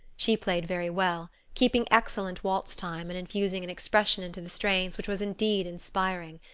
she played very well, keeping excellent waltz time and infusing an expression into the strains which was indeed inspiring.